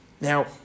Now